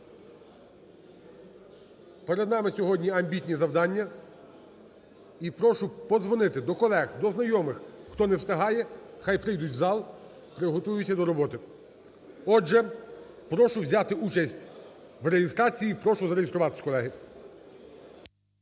Перед нами сьогодні амбітні завдання. І прошу подзвонити до колег, до знайомих, хто не встигає, хай прийдуть у зал, приготуються до роботи. Отже, прошу взяти участь у реєстрації. Прошу зареєструватись, колеги.